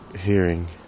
hearing